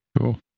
Cool